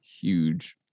huge